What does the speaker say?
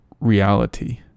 reality